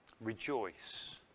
Rejoice